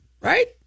right